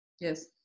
yes